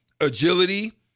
agility